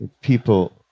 people